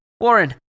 Warren